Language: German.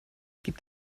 gibt